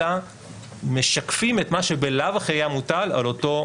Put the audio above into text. אלא משקפים את מה שבלאו הכי היה מוטל על אותה